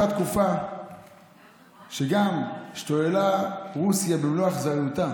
גם באותה תקופה השתוללה רוסיה במלוא אכזריותה